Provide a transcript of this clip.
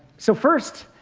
so first,